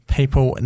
People